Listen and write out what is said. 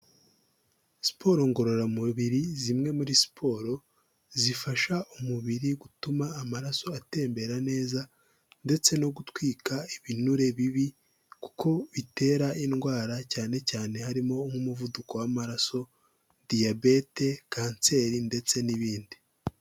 Siporo ngororamubiri zimwe muri siporo zifasha umubiri gutuma amaraso atembera neza, ndetse no gutwika ibinure bibi kuko bitera indwara cyane cyane harimo nk'umuvuduko w'amaraso, diyabete ,kanseri ndetse n'ibindi.